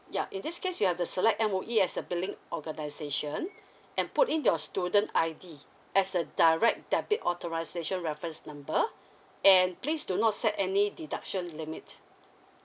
ya in this case you have to select M_O_E as the billing organisation and put in your student I_D as a direct debit authorisation reference number and please do not set any deduction limit